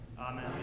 Amen